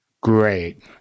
Great